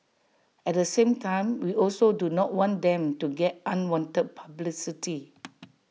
at the same time we also do not want them to get unwanted publicity